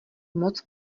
moc